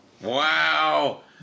Wow